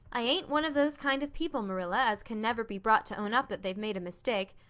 i ain't one of those kind of people, marilla, as can never be brought to own up that they've made a mistake.